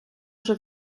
вже